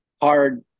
hard